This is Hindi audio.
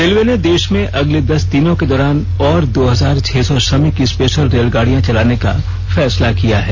रेलवे ने देश में अगले दस दिन के दौरान और दो हजार छह सौ श्रमिक स्पेशल रेलगाड़ियां चलाने का फैसला किया है